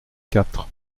quatre